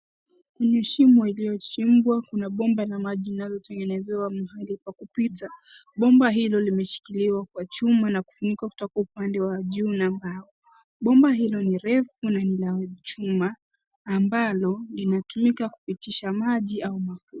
Ni shimo iliyochimbwa, kuna bomba la maji inayotengenezewa mahali pa kupita. Bomba hilo limeshikiliwa kwa chuma na kufunikwa kutoka upande wa juu na mbao. Bomba hilo ni refu na lina chuma ambalo linatumika kupitisha maji au mafuta.